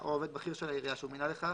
או עובד בכיר של העירייה שהוא מינה לכך,